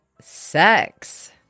sex